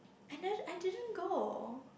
I nev~ I didn't go